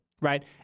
right